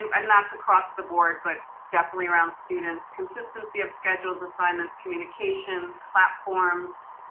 and that's across the board but definitely around students, consistency of schedules, assignments communication, platforms,